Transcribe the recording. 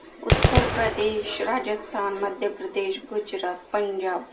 Uttar Pradesh Rajasthan Madhya Pradesh Gujarat Punjab